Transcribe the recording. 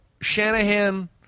Shanahan –